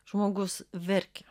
žmogus verkia